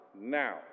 now